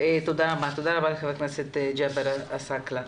תודה ח"כ ג'אבר עסקאלה.